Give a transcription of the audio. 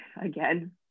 again